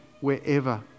wherever